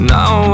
Now